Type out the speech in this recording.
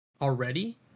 already